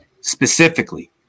specifically